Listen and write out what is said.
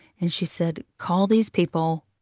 and she said, call these people.